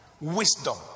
wisdom